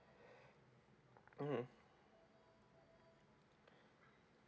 mmhmm